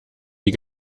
die